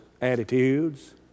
attitudes